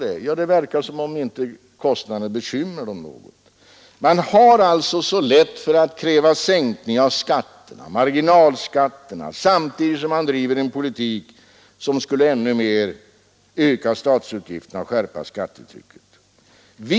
Det verkar som om kostnaderna inte bekymrade förslagsställarna. Det är så lätt att kräva en sänkning av skatterna, men samtidigt driver man en politik som skulle öka statens utgifter och skärpa skattetrycket ännu mer.